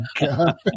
God